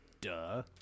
duh